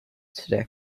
today